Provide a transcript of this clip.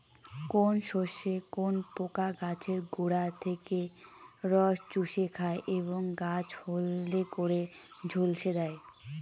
কোন শস্যে কোন পোকা গাছের গোড়া থেকে রস চুষে খায় এবং গাছ হলদে করে ঝলসে দেয়?